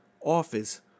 office